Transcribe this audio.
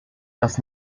dass